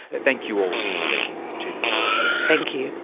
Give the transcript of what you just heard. and thank you all for speaking to the law report. thank you.